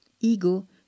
ego